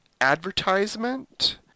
advertisement